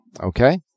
okay